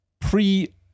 pre